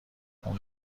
اون